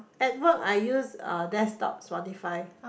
at work I use uh desktop Spotify